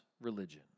religion